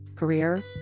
Career